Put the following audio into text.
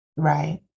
Right